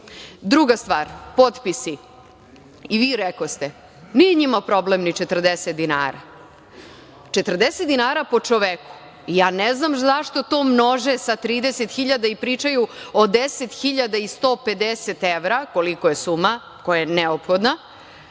stoji. Druga stvar, potpisi, i vi rekoste da nije njima problem 40 dinara, po čoveku 40 dinara, i ja ne znam zašto to množe sa 30.000 i pričaju o 10.150 evra, koliko je suma koja je neophodna.